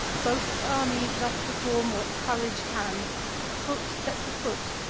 both armies thus perform what courage can foot set to foot,